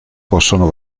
possono